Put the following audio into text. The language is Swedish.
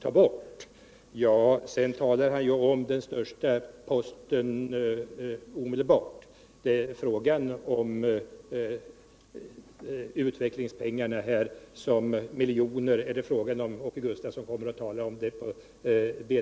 ta bort. Därefter talar han omedelbart om den största posten, de miljoner i utvecklingspengar som det är fråga om. Åke Gustavsson kommer senare att tala om B3LA.